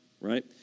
right